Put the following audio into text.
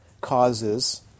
causes